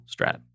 strat